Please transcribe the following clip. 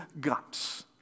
guts